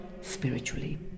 spiritually